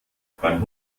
beim